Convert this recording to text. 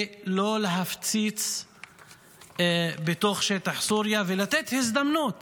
לא להפציץ בתוך שטח סוריה, ולתת הזדמנות